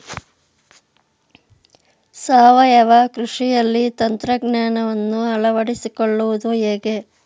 ಸಾವಯವ ಕೃಷಿಯಲ್ಲಿ ತಂತ್ರಜ್ಞಾನವನ್ನು ಅಳವಡಿಸಿಕೊಳ್ಳುವುದು ಹೇಗೆ?